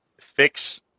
fix